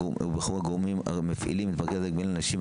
שייבחרו הגורמים המפעילים של מרכז הגמילה לנשים,